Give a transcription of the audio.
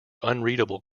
unreadable